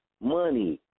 money